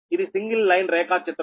ఇది single line రేఖాచిత్రం